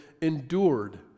endured